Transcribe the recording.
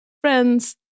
friends